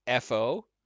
fo